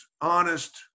honest